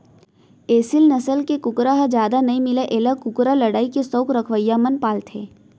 एसील नसल के कुकरा ह जादा नइ मिलय एला कुकरा लड़ई के सउख रखवइया मन पालथें